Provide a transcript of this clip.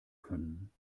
können